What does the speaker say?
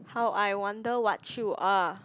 how I wonder what you are